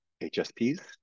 hsps